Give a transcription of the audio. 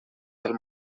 del